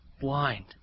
blind